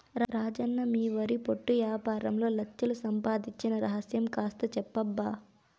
రాజన్న మీ వరి పొట్టు యాపారంలో లచ్ఛలు సంపాయించిన రహస్యం కాస్త చెప్పబ్బా